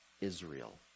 Israel